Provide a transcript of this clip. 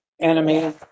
enemy